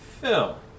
Phil